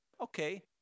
okay